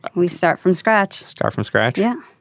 we start from scratch start from scratch. yeah.